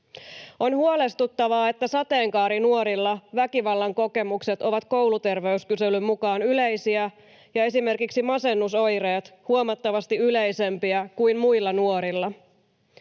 On huolestuttavaa, että sateenkaarinuorilla väkivallan kokemukset ovat kouluterveyskyselyn mukaan yleisiä ja esimerkiksi masennusoireet huomattavasti yleisempiä kuin muilla nuorilla.